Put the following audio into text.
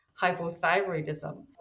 hypothyroidism